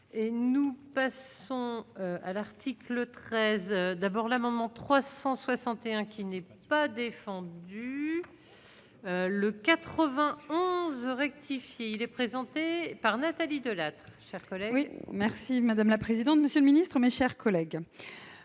nous passons à l'article 13 d'abord, l'amendement 361 qui n'est pas défendu le. 91 rectifié, il est présenté par Nathalie Delattre. Chers collègues, merci madame la présidente, monsieur le ministre, mes chers collègues